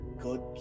good